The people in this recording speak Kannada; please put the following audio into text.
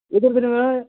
ಇದರ್ದು ನಿಮ್ಗೆ